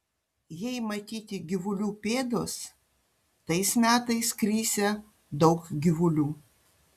jei matyti gyvulių pėdos tais metais krisią daug gyvulių